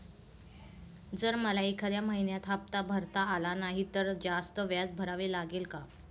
जर मला एखाद्या महिन्यात हफ्ता भरता आला नाही तर जास्त व्याज भरावे लागेल का?